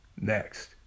Next